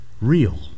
real